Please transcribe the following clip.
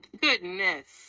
Goodness